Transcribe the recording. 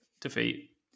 defeat